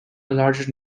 larger